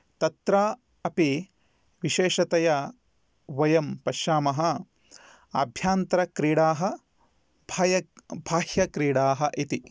तत्र अपि विशेषतया वयं पश्यामः आभ्यन्तरक्रीडाः बाह्यक्रीडाः इति